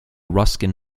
ruskin